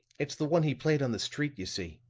it's the one he played on the street, you see.